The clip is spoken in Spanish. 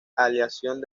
aleación